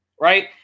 right